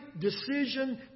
decision